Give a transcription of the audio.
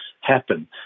happen